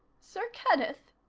sir kenneth,